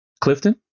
Clifton